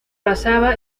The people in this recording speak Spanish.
basaba